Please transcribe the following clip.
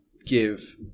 give